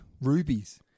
Rubies